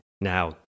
Now